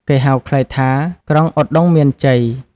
គេហៅខ្លីថា " ក្រុងឧត្តុង្គមានជ័យ " ។